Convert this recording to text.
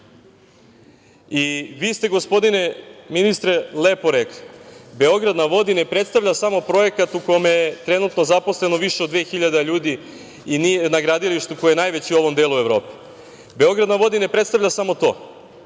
ste, gospodine ministre, lepo rekli, „Beograd na vodi“ ne predstavlja samo projekat u kome je trenutno zaposleno više od 2.000 ljudi na gradilištu koje je najveće u ovom delu Evrope.„Beograd na vodi“ ne predstavlja samo to,